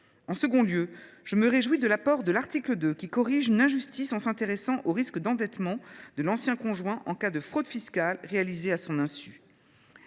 En second lieu, je me réjouis de l’apport de l’article 2, qui corrige une injustice en s’intéressant au risque d’endettement de l’ancien conjoint en cas de fraude fiscale réalisée à son insu.